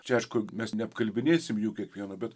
čia aišku mes neapkalbinėsim jų kiekvieno bet